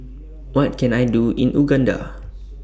What Can I Do in Uganda